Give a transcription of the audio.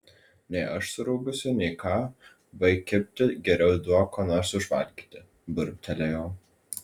nei aš surūgusi nei ką baik kibti geriau duok ko nors užvalgyti burbtelėjau